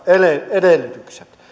edellytykset